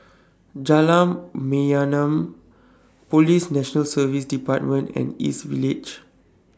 Jalan Mayaanam Police National Service department and East Village